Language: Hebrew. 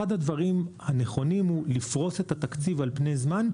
אחד הדברים הנכונים הוא לפרוס את התקציב על פני זמן,